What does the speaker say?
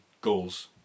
goals